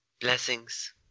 Blessings